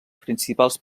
principals